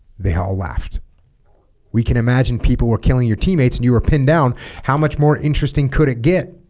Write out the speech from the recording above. they all laughed we can imagine people were killing your teammates and you were pinned down how much more interesting could it get